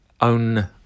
own